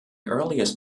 earliest